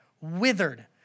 withered